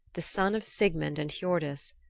the son of sigmund and hiordis,